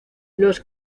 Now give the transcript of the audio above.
los